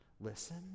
listen